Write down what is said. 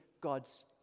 God's